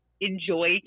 enjoy